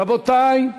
רבותי,